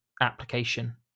application